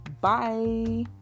Bye